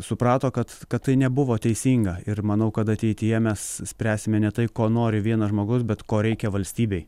suprato kad kad tai nebuvo teisinga ir manau kad ateityje mes spręsime ne tai ko nori vienas žmogus bet ko reikia valstybei